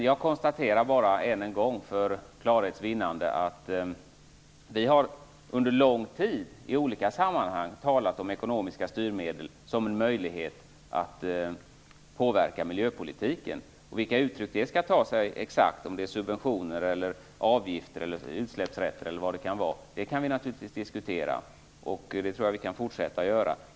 Jag konstaterar bara än en gång för klarhets vinnande att vi under lång tid i olika sammanhang har talat om ekonomiska styrmedel som en möjlighet att påverka miljöpolitiken och vilka uttryck det exakt skall ta sig. Om det skall ske i form av subventioner, avgifter, utsläppsrätter eller vad det kan vara kan vi naturligtvis fortsätta att diskutera.